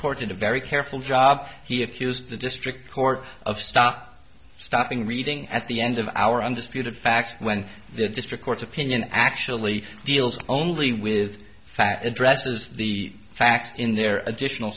court in a very careful job he accuses the district court of stop stopping reading at the end of our undisputed facts when the district court's opinion actually deals only with fact addresses the facts in their additional